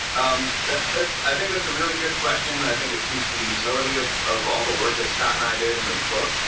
um i think that's a really good question. i think it speaks of the utility ah of all the work that scott and i did in this book.